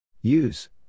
Use